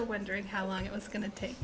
your wondering how long it was going to take